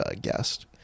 guest